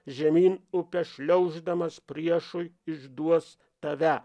žemyn upe šliauždamas priešui išduos tave